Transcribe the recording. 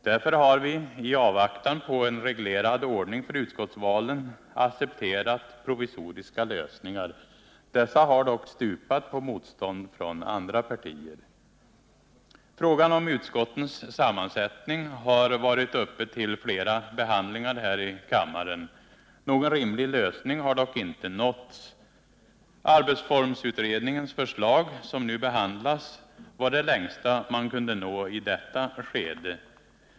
Därför har vi —i 18 april 1979 avvaktan på en reglerad ordning för utskottsvalen — accepterat provisoriska lösningar. Dessa har dock stupat på motstånd från andra partier. Frågan om utskottens sammansättning har varit uppe till flera behandlingar här i kammaren. Någon rimlig lösning har dock inte nåtts. Arbetsformsutredningens förslag, som nu behandlas, var det mesta man kunde uppnå i detta skede.